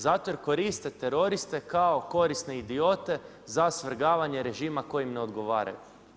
Zato jer koriste teroriste kao korisne idiote za svrgavanje režima koji im ne odgovaraju.